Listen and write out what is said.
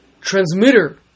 transmitter